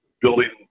building